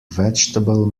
vegetable